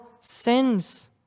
sins